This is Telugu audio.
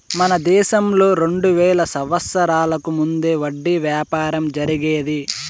మన దేశంలో రెండు వేల సంవత్సరాలకు ముందే వడ్డీ వ్యాపారం జరిగేది